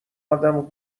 آدمو